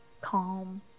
calm